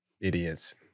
idiots